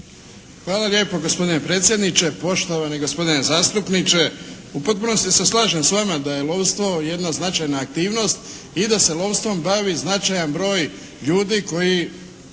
Hvala lijepo. Gospodine predsjedniče. Poštovani gospodine zastupniče, u potpunosti se slažem s vama da je lovstvo jedna značajna aktivnost i da se lovstvom bavi značajan broj ljudi koji